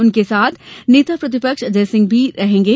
उनके साथ नेता प्रतिपक्ष अजय सिंह साथ रहेंगे